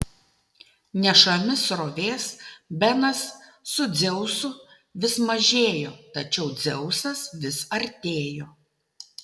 nešami srovės benas su dzeusu vis mažėjo tačiau dzeusas vis artėjo